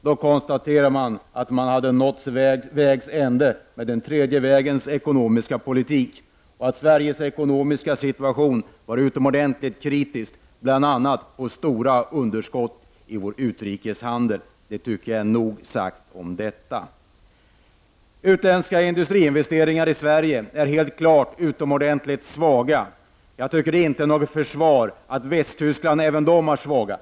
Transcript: Då konstaterade man att man hade nått vägs ände med den tredje vägens ekonomiska politik och att Sveriges ekonomiska situation var utomordentligt kritisk, med bl.a. stora underskott i vår utrikeshandel. Det är nog sagt om detta. De utländska industriinvesteringarna i Sverige är helt klart utomordentligt svaga. Det är enligt min mening inte något försvar att säga att även Västtyskland har svaga utländska investeringar.